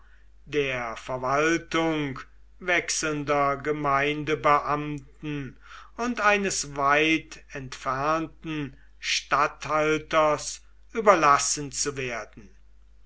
der verwaltung wechselnder gemeindebeamten und eines weit entfernten statthalters überlassen zu werden